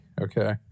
okay